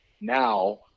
now –